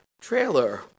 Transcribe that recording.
trailer